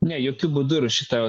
ne jokiu būdu ir šita